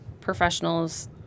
professionals